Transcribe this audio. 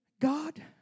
God